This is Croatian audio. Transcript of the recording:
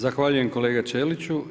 Zahvaljujem kolega Ćeliću.